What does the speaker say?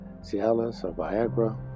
Viagra